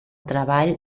treball